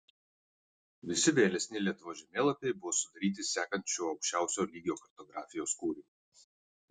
visi vėlesni lietuvos žemėlapiai buvo sudaryti sekant šiuo aukščiausio lygio kartografijos kūriniu